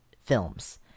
films